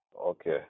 Okay